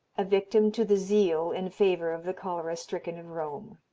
a victim to the zeal in favor of the cholera-stricken of rome.